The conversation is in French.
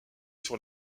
sur